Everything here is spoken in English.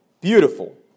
Beautiful